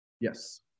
Yes